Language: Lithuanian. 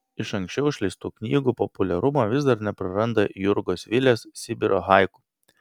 iš anksčiau išleistų knygų populiarumo vis dar nepraranda jurgos vilės sibiro haiku